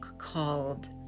called